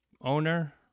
owner